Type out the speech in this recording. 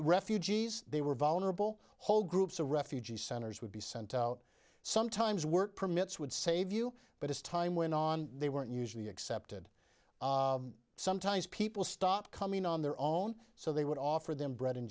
refugees they were vulnerable whole groups of refugee centers would be sent out sometimes work permits would save you but as time went on they weren't usually accepted sometimes people stopped coming on their own so they would offer them bread and